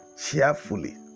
Cheerfully